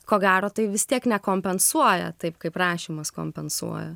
ko gero tai vis tiek nekompensuoja taip kaip rašymas kompensuoja